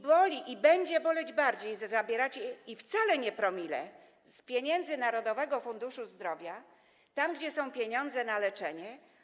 Boli i będzie boleć bardziej, że zabieracie, i to wcale nie promile, z pieniędzy Narodowego Funduszu Zdrowia, tam gdzie są pieniądze na leczenie.